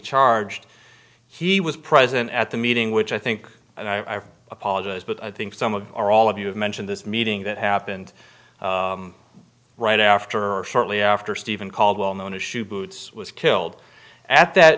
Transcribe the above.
charged he was present at the meeting which i think and i apologize but i think some of our all of you have mentioned this meeting that happened right after or shortly after stephen called well known issue boots was killed at that